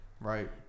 Right